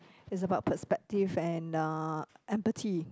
it's about perspective and uh empathy